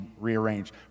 rearranged